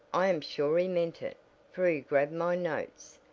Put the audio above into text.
i am sure he meant it, for he grabbed my notes.